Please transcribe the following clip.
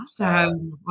Awesome